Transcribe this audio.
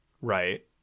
right